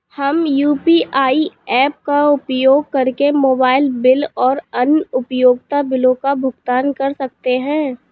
हम UPI apps का उपयोग करके मोबाइल बिल और अन्य उपयोगिता बिलों का भुगतान कर सकते हैं